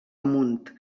amunt